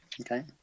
Okay